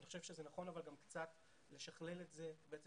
אבל אני חושב שזה נכון גם קצת לשכלל את זה ובעצם